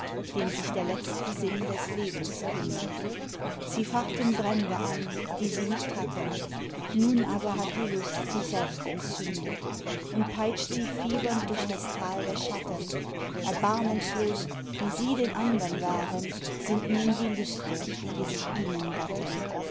dem sich der letzte sinn des lebens kündet sie fachten brände an die sie nicht hatten nun aber hat die lust sie selbst entzündet und peitscht sie fiebernd durch das tal der schatten erbarmungslos wie sie den andern waren sind nun die lüste die sich ihnen gatten